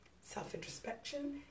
Self-introspection